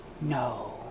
No